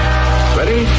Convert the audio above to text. Ready